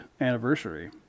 anniversary